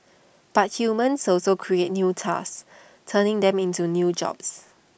but humans also create new tasks turning them into new jobs